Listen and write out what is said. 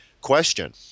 question